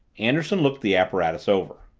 anderson looked the apparatus over.